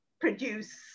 produce